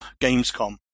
Gamescom